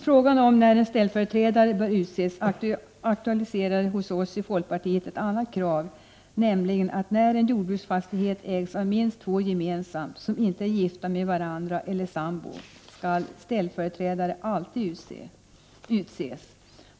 Frågan om när en ställföreträdare bör utses aktualiserar hos oss i folkpartiet ett annat krav, nämligen att] när en jordbruksfastighet ägs av minst två gemensamt, som inte är gifta medl varandra eller sambor, skall ställföreträdare alltid utses.